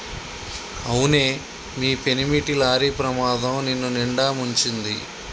అవునే మీ పెనిమిటి లారీ ప్రమాదం నిన్నునిండా ముంచింది